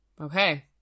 Okay